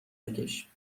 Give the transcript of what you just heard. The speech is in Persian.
بکش